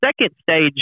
second-stage